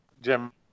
Jim